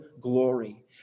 glory